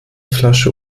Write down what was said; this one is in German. flasche